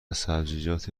سبزیجات